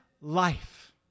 life